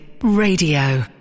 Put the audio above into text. Radio